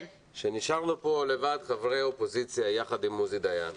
שנשארנו פה לבד חברי האופוזיציה יחד עם עוזי דיין,